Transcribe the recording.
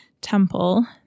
temple